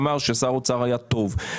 שאמר ששר האוצר היה טוב.